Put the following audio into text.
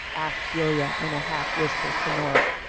asked julia in a half whisper to nora.